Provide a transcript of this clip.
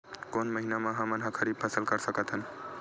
कोन महिना म हमन ह खरीफ फसल कर सकत हन?